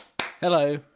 Hello